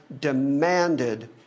demanded